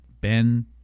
Ben